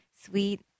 sweet